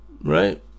right